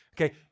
okay